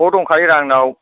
ख' दंखायो रा आंनाव